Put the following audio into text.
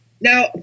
Now